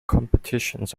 competitions